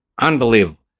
unbelievable